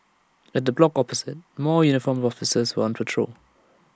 at the block opposite more uniformed officers were on patrol